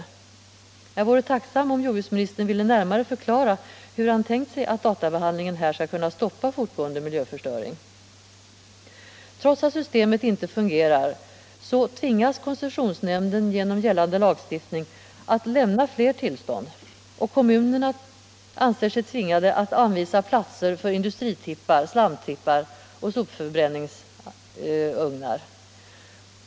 Jag vore tacksam om jordbruksministern ville närmare förklara hur han tänkt sig att databehandlingen här skall kunna stoppa fortgående miljöförstöring. Trots att systemet inte fungerar tvingas koncessionsnämnden genom gällande lagstiftning att lämna fler tillstånd, och kommunerna ser sig tvingade att anvisa platser för industritippar, slamtippar och sopförbränningsugnar.